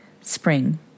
spring